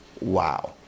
Wow